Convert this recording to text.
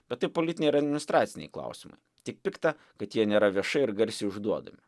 bet tai politiniai ir administraciniai klausimai tik pikta kad jie nėra viešai ir garsiai užduodami